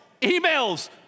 emails